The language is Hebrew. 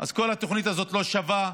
אז כל התוכנית הזאת לא שווה.